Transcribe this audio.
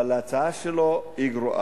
אבל ההצעה שלו גרועה,